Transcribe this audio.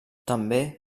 també